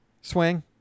swing